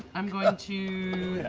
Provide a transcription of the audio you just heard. i'm going to